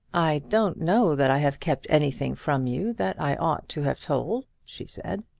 i don't know that i have kept anything from you that i ought to have told, she said.